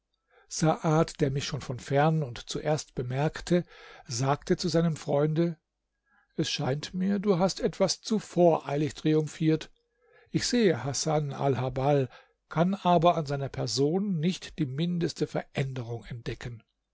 saad der mich schon von fern und zuerst bemerkte sagte zu seinem freunde es scheint mir du hast etwas zu voreilig triumphiert ich sehe hasan alhabbal kann aber an seiner person nicht die mindeste veränderung entdecken